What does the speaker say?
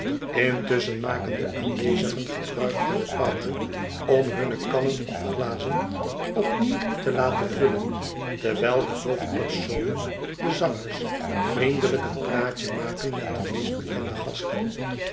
intusschen maken de aanwezigen gebruik van de pauze om hunne kannen of glazen opnieuw te laten vullen terwijl de hoofdpersonen de zangers vriendelijk een praatje maken met de meest bekende gasten